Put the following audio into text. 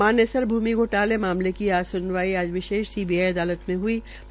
मानेसर भूमि घोटाले मामले की आज स्नवाई आज विशेष सीबीआई अदालत में सुनवाई हई